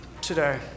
today